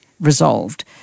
resolved